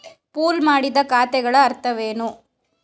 Pool ಮಾಡಿದ ಖಾತೆಗಳ ಅರ್ಥವೇನು?